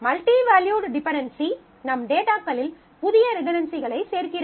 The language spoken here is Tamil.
மல்டிவேல்யூட் டிபென்டென்சி நம் டேட்டாகளில் புதிய ரிடன்டன்சிகளை சேர்க்கிறது